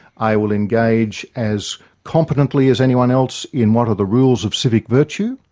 i will engage as competently as anyone else in what are the rules of civic virtue,